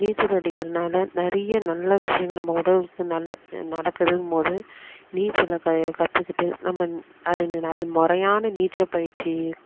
நீச்சல் அடிக்கிறதுனால நிறைய நல்ல விஷயங்களை நம்ம உடலுக்கு நல்ல நடக்குதுங்கும்போது நீச்சலை க கற்றுக்கிட்டு நம்ம இ அதுங்க அது முறையான நீச்சல் பயிற்சி